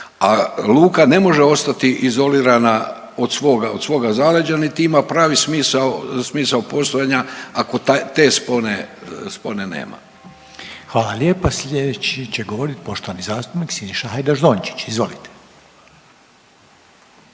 a luka ne može ostati izolirana od svog zaleđa niti ima pravi smisao postojanja ako te spone nema. **Reiner, Željko (HDZ)** Hvala lijepa. Sljedeći će govoriti poštovani zastupnik Siniša Hajdaš Dončić, izvolite.